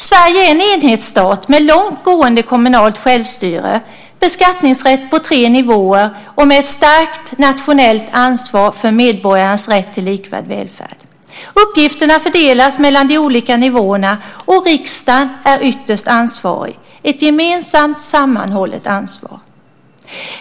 Sverige är en enhetsstat med långtgående kommunalt självstyre, beskattningsrätt på tre nivåer och ett starkt nationellt ansvar för medborgarnas rätt till likvärdig välfärd. Uppgifterna fördelas mellan de olika nivåerna, och riksdagen är ytterst ansvarig. Det är ett gemensamt sammanhållet ansvar.